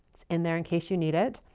it's in there in case you need it.